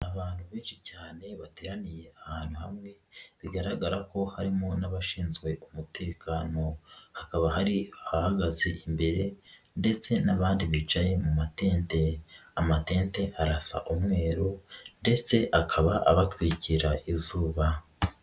Abantu benshi cyane bateraniye ahantu hamwe bigaragara ko harimo n'abashinzwe umutekano, hakaba hari abahagaze imbere ndetse n'abandi bicaye mu matente, amadente arasa umweru ndetse akaba abatwikira izuba.